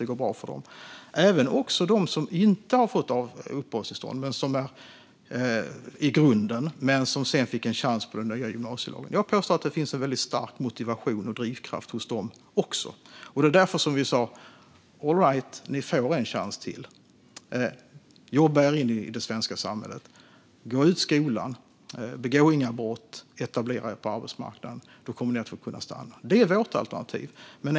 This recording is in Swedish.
Det går bra för dem, och det går bra även för dem som inte har fått uppehållstillstånd i grunden men som sedan fick en chans med den nya gymnasielagen. Jag påstår att det finns en väldigt stark motivation och drivkraft även hos dem, och det är därför som vi säger: Alright, ni får en chans till att jobba er in i det svenska samhället. Gå ut skolan, begå inga brott, etablera er på arbetsmarknaden - då kommer ni att kunna få stanna. Det är vårt alternativ.